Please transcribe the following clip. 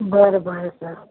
बरं बरं सर